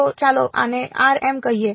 તો ચાલો આને કહીએ